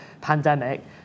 pandemic